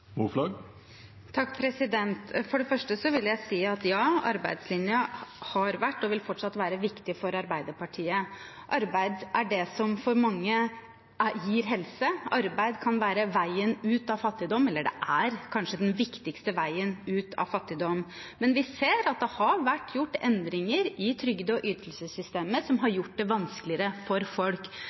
For det første vil jeg si at ja, arbeidslinjen har vært og vil fortsatt være viktig for Arbeiderpartiet. Arbeid er det som for mange gir helse. Arbeid kan være veien ut av fattigdom – det er kanskje den viktigste veien ut av fattigdom. Men vi ser at det har vært gjort endringer i trygde- og ytelsessystemet som har gjort det vanskeligere for folk.